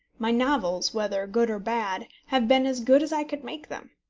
my novels, whether good or bad, have been as good as i could make them.